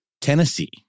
Tennessee